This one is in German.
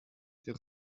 der